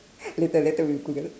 later later we google